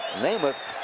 namath.